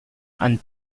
and